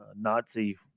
nazi